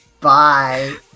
Bye